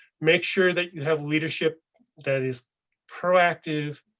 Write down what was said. make sure that you have leadership that is proactive,